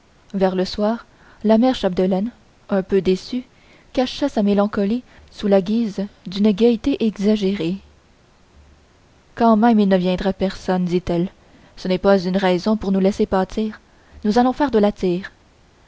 vers le soir la mère chapdelaine un peu déçue cacha sa mélancolie sous la guise d'une gaieté exagérée quand même il ne viendrait personne dit-elle ce n'est pas une raison pour nous laisser pâtir nous allons faire de la tire